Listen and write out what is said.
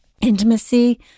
intimacy